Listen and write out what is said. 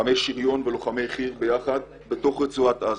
לוחמי שריון ורגלים ברצועת עזה.